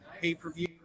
pay-per-view